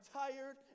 tired